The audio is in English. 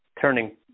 turning